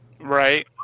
Right